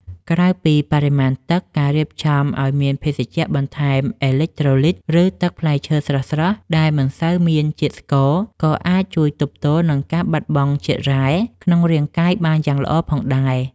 ក្រៅពីបរិមាណទឹក ការរៀបចំឱ្យមានភេសជ្ជៈបន្ថែមអេឡិចត្រូលីត ឬទឹកផ្លែឈើស្រស់ៗដែលមិនសូវមានជាតិស្ករ ក៏អាចជួយទប់ទល់នឹងការបាត់បង់ជាតិរ៉ែក្នុងរាងកាយបានយ៉ាងល្អផងដែរ។